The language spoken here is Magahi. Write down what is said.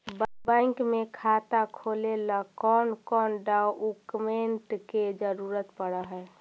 बैंक में खाता खोले ल कौन कौन डाउकमेंट के जरूरत पड़ है?